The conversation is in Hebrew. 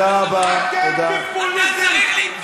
אוטומטית אתה אומר שערבים הם מחבלים.